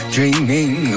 Dreaming